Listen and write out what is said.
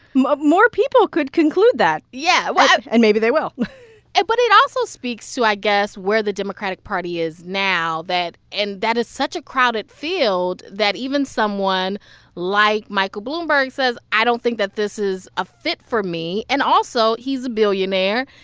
more people could conclude that yeah. well. and maybe they will but it also speaks to, i guess, where the democratic party is now that and that is such a crowded field that even someone like michael bloomberg says, i don't think that this is a fit for me. and also, he's a billionaire.